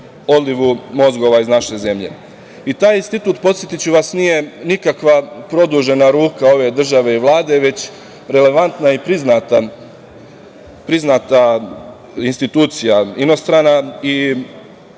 odlivu mozgova iz naše zemlje. Taj institut, podsetiću vas, nije nikakva produžena ruka ove države i Vlade, već relevantna i priznata institucija inostrana i